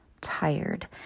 tired